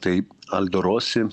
tai aldo rosi